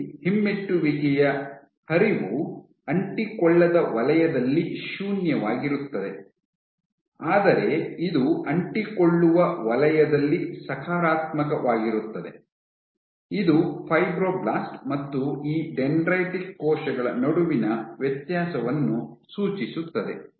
ಇಲ್ಲಿ ಹಿಮ್ಮೆಟ್ಟುವಿಕೆಯ ಹರಿವು ಅಂಟಿಕೊಳ್ಳದ ವಲಯದಲ್ಲಿ ಶೂನ್ಯವಾಗಿರುತ್ತದೆ ಆದರೆ ಇದು ಅಂಟಿಕೊಳ್ಳುವ ವಲಯದಲ್ಲಿ ಸಕಾರಾತ್ಮಕವಾಗಿರುತ್ತದೆ ಇದು ಫೈಬ್ರೊಬ್ಲಾಸ್ಟ್ ಮತ್ತು ಈ ಡೆಂಡ್ರೈಟಿಕ್ ಕೋಶಗಳ ನಡುವಿನ ವ್ಯತ್ಯಾಸವನ್ನು ಸೂಚಿಸುತ್ತದೆ